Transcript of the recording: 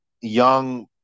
young